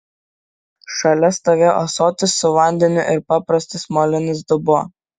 šalia stovėjo ąsotis su vandeniu ir paprastas molinis dubuo